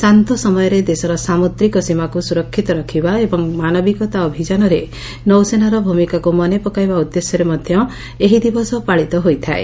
ଶାନ୍ତ ସମୟରେ ଦେଶର ସାମୁଦ୍ରିକ ସୀମାକୁ ସୁରକ୍ଷିତ ରଖିବା ଏବଂ ମାନବିକତା ଅଭିଯାନରେ ନୌସେନାର ଭ୍ରମିକାକୁ ମନେପକାଇବା ଉଦ୍ଦେଶ୍ୟରେ ମଧ୍ଧ ଏହି ଦିବସ ପାଳିତ ହୋଇଥାଏ